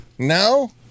No